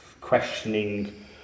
questioning